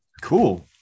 Cool